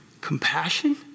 compassion